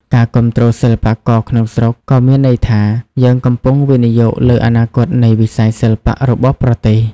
ការគាំទ្រសិល្បករក្នុងស្រុកក៏មានន័យថា យើងកំពុងវិនិយោគលើអនាគតនៃវិស័យសិល្បៈរបស់ប្រទេស។